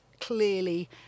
clearly